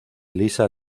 lisa